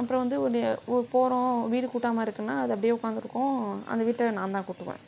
அப்புறம் வந்து ஒரு போகிறோம் வீட்டு கூட்டாமல் இருக்குதுன்னா அது அப்படியே உக்கார்ந்து இருக்கும் அந்த வீட்டை நான்தான் கூட்டுவேன்